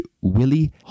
Willie